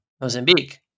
Mozambique